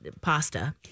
pasta